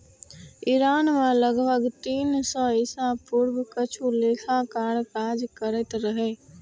Iran मे लगभग तीन सय ईसा पूर्व किछु लेखाकार काज करैत रहै